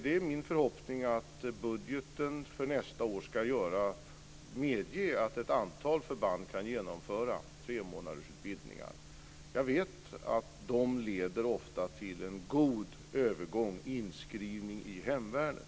Det är min förhoppning att budgeten för nästa år ska medge att ett antal förband kan genomföra tremånadersutbildningar. Jag vet att de ofta leder till en god övergång, inskrivning, till hemvärnet.